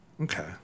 Okay